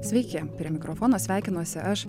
sveiki prie mikrofono sveikinuosi aš